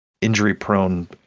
injury-prone